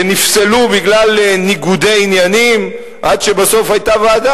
שנפסלו בגלל ניגודי עניינים, עד שבסוף היתה ועדה.